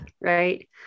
right